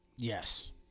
Yes